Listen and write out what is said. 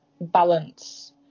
balance